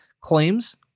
claims